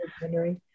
January